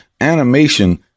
Animation